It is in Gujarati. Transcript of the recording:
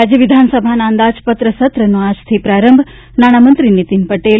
રાજ્ય વિધાનસભાના અંદાજપત્ર સત્રનો આજથી પ્રારંભ નાણામંત્રી નિતિન પટેલ